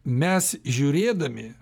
mes žiūrėdami